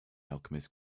alchemist